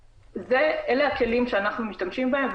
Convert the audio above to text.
אלה הכלים שאנחנו משתמשים בהם,